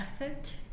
effort